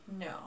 No